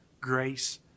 grace